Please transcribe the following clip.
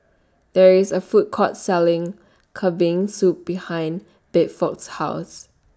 There IS A Food Court Selling Kambing Soup behind Bedford's House